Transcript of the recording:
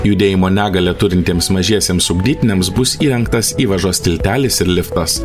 judėjimo negalią turintiems mažiesiems ugdytiniams bus įrengtas įvažos tiltelis ir liftas